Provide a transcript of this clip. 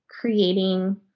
creating